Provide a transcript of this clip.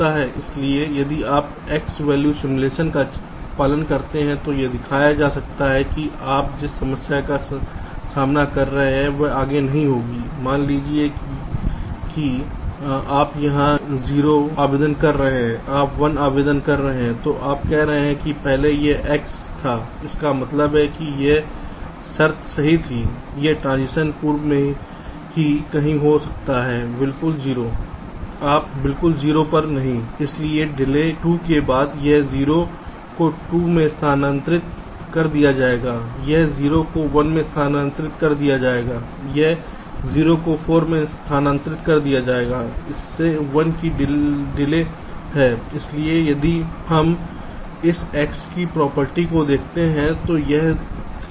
इसलिए यदि आप इस x वैल्यू सिमुलेशन का पालन करते हैं तो यह दिखाया जा सकता है कि आप जिस समस्या का सामना कर रहे हैं वह अब आगे नहीं होगी